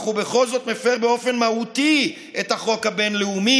אך הוא בכל זאת מפר באופן מהותי את החוק הבין-לאומי,